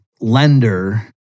lender